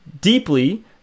deeply